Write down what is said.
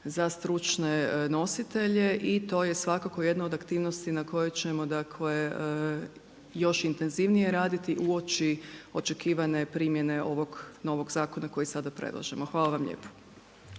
za stručne nositelje i to je svakako jedna od aktivnosti na kojoj ćemo dakle još intenzivnije raditi uoči očekivane primjene ovog novog zakona kojeg sada predlažemo. Hvala vam lijepo.